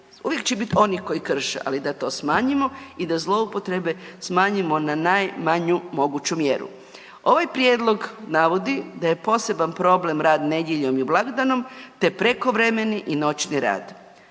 uvijek će biti onih koji krše, ali da to smanjimo i da zloupotrebe smanjimo na najmanju moguću mjeru. Ovaj prijedlog navodi da je poseban problem rad nedjeljom i blagdanom te prekovremeni i noćni rad.